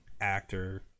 actor